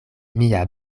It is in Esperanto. mia